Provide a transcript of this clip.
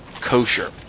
kosher